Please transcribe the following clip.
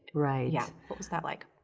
right. yeah. what was that like?